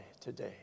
today